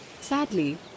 Sadly